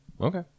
Okay